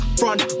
front